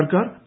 സർക്കാർ പി